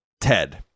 Ted